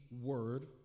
word